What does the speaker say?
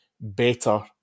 better